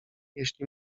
jeśli